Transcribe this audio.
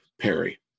Perry